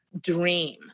dream